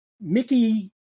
Mickey